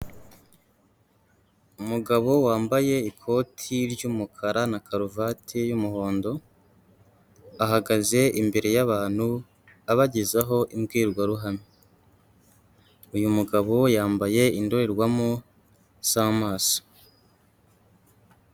Umugabo wambaye ikoti ry'umukara na karuvati y'umuhondo, ahagaze imbere y'abantu, abagezaho imbwirwaruhame, uyu mugabo yambaye indorerwamo z'amaso.